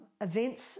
events